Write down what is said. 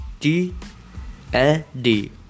tld